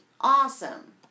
Awesome